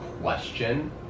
question